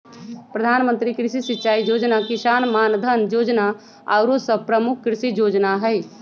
प्रधानमंत्री कृषि सिंचाई जोजना, किसान मानधन जोजना आउरो सभ प्रमुख कृषि जोजना हइ